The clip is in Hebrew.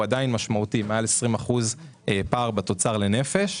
הפער הוא עדיין משמעותי - מעל 20% פער בתוצר לנפש.